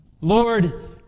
Lord